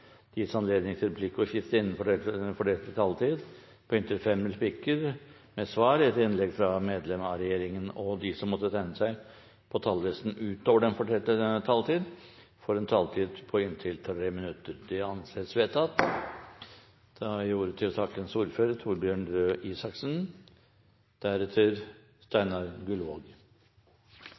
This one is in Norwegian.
det gis anledning til replikkordskifte på inntil fem replikker med svar etter innlegg fra medlem av regjeringen innenfor den fordelte taletid. Videre blir det foreslått at de som måtte tegne seg på talerlisten utover den fordelte taletid, får en taletid på inntil 3 minutter. – Det anses vedtatt. Disse forslagene går til